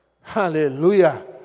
Hallelujah